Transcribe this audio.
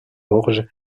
orge